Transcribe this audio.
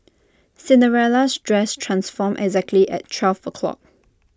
Cinderella's dress transformed exactly at twelve o'clock